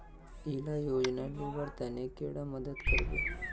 इला योजनार लुबार तने कैडा मदद करबे?